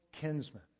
kinsman